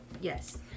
yes